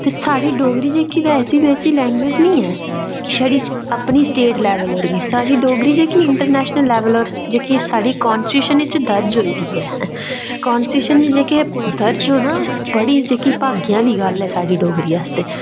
ते साढ़ी डोगरी जेह्की तां ऐसी बेसी लैंग्वेज नेईं ऐ कि छड़ी अपनी स्टेट लेबल उप्पर गै साढ़ी डोगरी जेह्की इंटरनैशनल लेबल उप्पर जेहकी साढ़ी कान्स्टिट्यूशन च दर्ज होई दी ऐ कांस्टिट्यूशन च दर्ज होना बड़ी जेहकी भागें आह्ली गल्ल ऐ साढ़ी डोगरी आस्तै